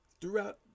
Throughout